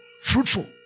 Fruitful